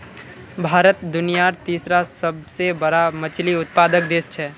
भारत दुनियार तीसरा सबसे बड़ा मछली उत्पादक देश छे